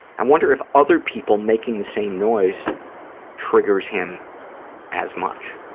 i wonder if other people making the same noise triggers him as much.